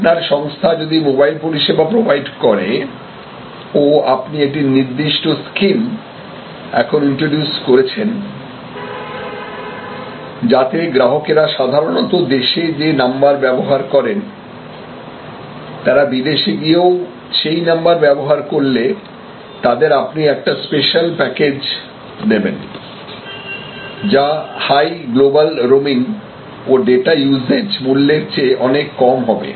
আপনার সংস্থা যদি মোবাইল পরিষেবা প্রোভাইড করে ও আপনি একটি নির্দিষ্ট স্কিম এখন ইন্ট্রোডিউস করেছেন যাতে গ্রাহকেরা সাধারণত দেশে যে নাম্বার ব্যবহার করেন তারা বিদেশে গিয়েও সেই নাম্বার ব্যাবহার করলে তাদের আপনি একটা স্পেশাল প্যাকেজ দেবেন যা হাই গ্লোবাল রোমিং ও ডেটা ইউসেজ মূল্যের চেয়ে অনেক কম হবে